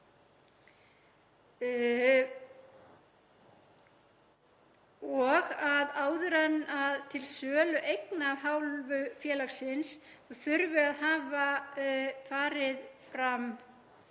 og að áður en til sölu eigna af hálfu félagsins komi þurfi að hafa farið fram